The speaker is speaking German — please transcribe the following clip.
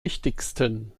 wichtigsten